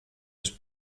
was